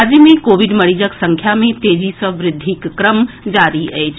राज्य मे कोविड मरीजक संख्या मे तेजी सँ वृद्धिक क्रम जारी अछि